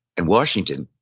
and washington,